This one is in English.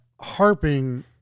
harping